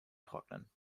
trocknen